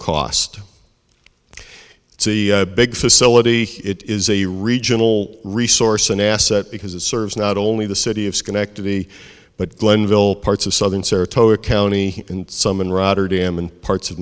cost the big facility it is a regional resource an asset because it serves not only the city of schenectady but glenville parts of southern saratoga county